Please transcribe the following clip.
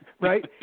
Right